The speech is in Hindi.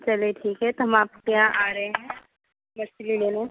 चलिए ठीक है तो हम आपके यहाँ आ रहे हैं मछली लेने